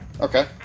Okay